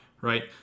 right